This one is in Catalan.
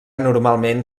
normalment